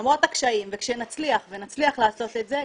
למרות הקשיים וכשנצליח ונצליח לעשות את זה,